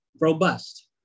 robust